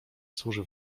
służy